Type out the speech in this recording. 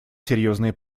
серьезные